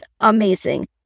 amazing